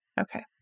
Okay